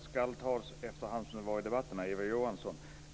Fru talman!